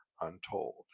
untold